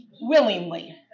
willingly